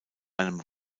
einem